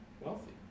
wealthy